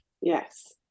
Yes